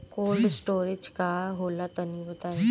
Cold storage का होला तनि बताई?